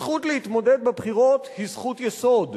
הזכות להתמודד בבחירות היא זכות יסוד.